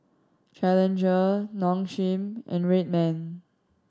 Challenger Nong Shim and Red Man